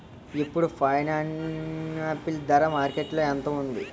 ఇప్పుడు పైనాపిల్ ధర మార్కెట్లో ఎంత ఉంది?